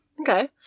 Okay